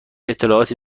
اطلاعاتی